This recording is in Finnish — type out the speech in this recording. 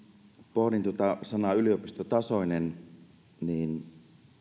pohdin tuota sanaa yliopistotasoinen ja